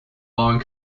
long